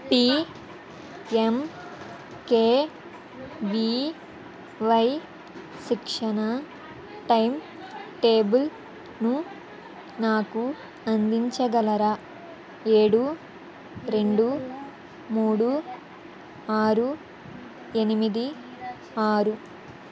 PMKVY శిక్షణ time టేబుల్ను నాకు అందించగలరా ఏడు రెండు మూడు ఆరు ఎనిమిది ఆరు